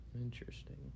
interesting